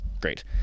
Great